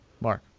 Mark